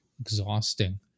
exhausting